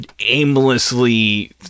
aimlessly